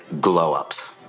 glow-ups